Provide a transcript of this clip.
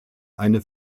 eine